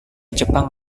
jepang